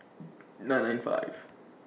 nine nine five